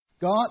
God